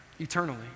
eternally